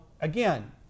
again